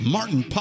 Martin